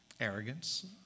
arrogance